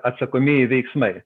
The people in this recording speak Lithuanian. atsakomieji veiksmai